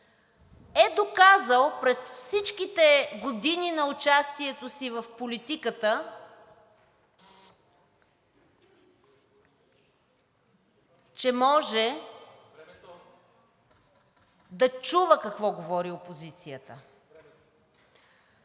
е доказал през всичките години на участието си в политиката, че може да чува какво говори опозицията.